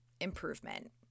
improvement